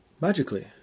Magically